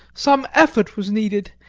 some effort was needed,